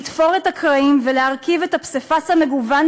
לתפור את הקרעים ולהרכיב את הפסיפס המגוון